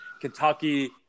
Kentucky